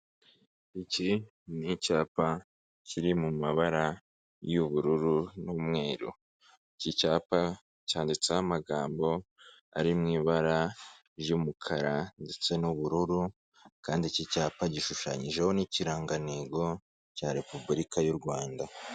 Iki ni icyapa kiri mu mabara y'ubururu n'umweru, iki cyapa cyanditseho amagambo ari mu ibara ry'umukara ndetse n'ubururu, kandi iki cyapa gishushanyijeho n'ikirangantego cya repubulika y'u Rwanda.